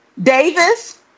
Davis